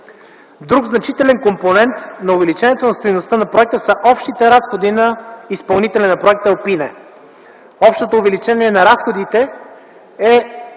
Друг значителен компонент на увеличението на стойността на проекта са общите разходи на изпълнителя на проекта Alpine. Общото увеличение на разходите е